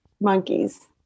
monkeys